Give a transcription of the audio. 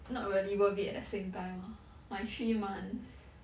not really worth it at the same time ah my three months